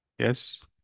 Yes